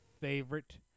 favorite